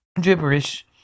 Gibberish